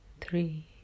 three